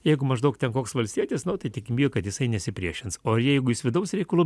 jeigu maždaug ten koks valstietis tai tik bijo kad jisai nesipriešins o jeigu jis vidaus reikalų